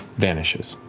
vanishes.